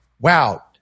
wow